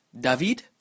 David